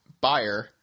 buyer